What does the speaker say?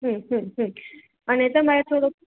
હં હં હં અને તમારે થોડુંક